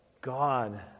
God